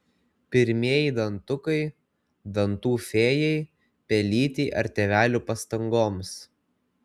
pirmieji dantukai dantų fėjai pelytei ar tėvelių pastangoms